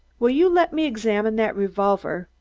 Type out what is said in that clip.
will you let me examine that revolver?